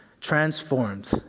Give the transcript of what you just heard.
transformed